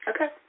Okay